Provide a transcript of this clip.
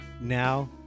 now